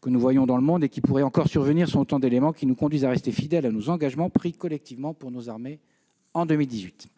que nous voyons émerger dans le monde et qui pourraient encore survenir sont autant d'éléments qui nous conduisent à rester fidèles à nos engagements pris collectivement pour nos armées en 2018.